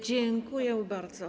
Dziękuję bardzo.